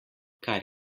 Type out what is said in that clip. kar